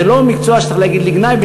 אז זה לא מקצוע שצריך להגיד לגנאי,